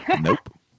Nope